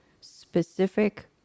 specific